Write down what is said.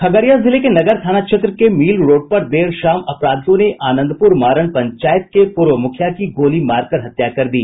खगड़िया जिले के नगर थाना क्षेत्र के मील रोड पर देर शाम अपराधियों ने आनंदपुर मारण पंचायत की पूर्व मुखिया की गोली मारकर हत्या कर दी